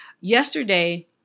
Yesterday